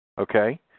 Okay